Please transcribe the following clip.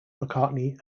mccartney